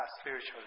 spiritually